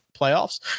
playoffs